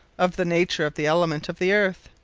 of the nature of the element of the earth.